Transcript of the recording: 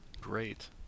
Great